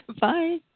Bye